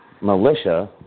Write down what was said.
militia